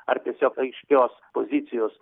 ar tiesiog aiškios pozicijos